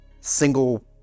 single